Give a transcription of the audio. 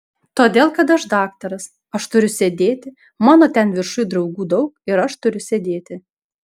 todėl kad aš daktaras aš turiu sėdėti mano ten viršuj draugų daug ir aš turiu sėdėti